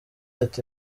ati